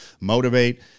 motivate